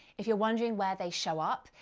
if you're wondering where they show up,